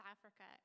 Africa